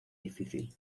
difícil